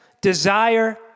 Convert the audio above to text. desire